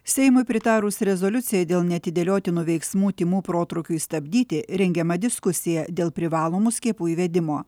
seimui pritarus rezoliucijai dėl neatidėliotinų veiksmų tymų protrūkiui stabdyti rengiama diskusija dėl privalomų skiepų įvedimo